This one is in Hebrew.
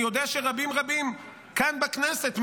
אני יודע שרבים רבים כאן בכנסת,